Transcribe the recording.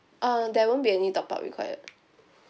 um there won't be any top up required